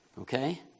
Okay